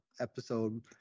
episode